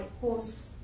horse